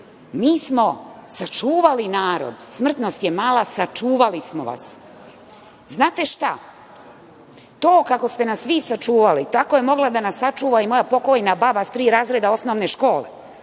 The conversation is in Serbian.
mi smo sačuvali narod, smrtnost je mala. Znate šta, to kako ste nas vi sačuvali, tako je mogla da nas sačuva i moja pokojna baba sa tri razreda osnovne škole